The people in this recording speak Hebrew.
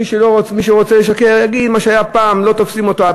מי שרוצה לשקר יגיד: מה שהיה פעם, לא תופסים אותו.